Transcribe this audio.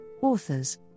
authors